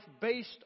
based